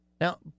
Now